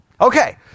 Okay